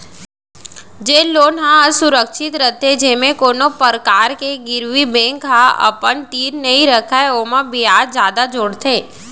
जेन लोन ह असुरक्छित रहिथे जेमा कोनो परकार के गिरवी बेंक ह अपन तीर नइ रखय ओमा बियाज जादा जोड़थे